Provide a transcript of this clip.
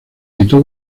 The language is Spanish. editó